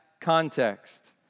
context